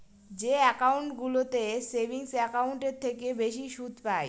যে একাউন্টগুলোতে সেভিংস একাউন্টের থেকে বেশি সুদ পাই